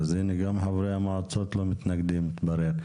הנה, גם חברי המועצות לא מתנגדים להצעה.